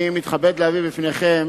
אני מתכבד להביא לפניכם